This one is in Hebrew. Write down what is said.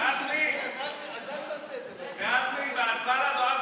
סעיפים 1 4 נתקבלו.